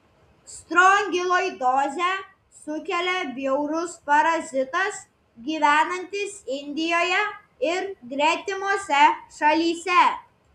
strongiloidozę sukelia bjaurus parazitas gyvenantis indijoje ir gretimose šalyse